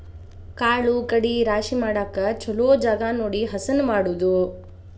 ಕಾಳು ಕಡಿ ರಾಶಿ ಮಾಡಾಕ ಚುಲೊ ಜಗಾ ನೋಡಿ ಹಸನ ಮಾಡುದು